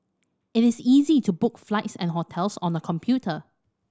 it is easy to book flights and hotels on the computer